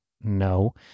No